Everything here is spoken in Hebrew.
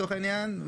לצורך העניין,